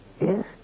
Yes